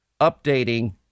updating